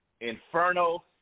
Inferno